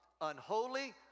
unholy